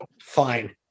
fine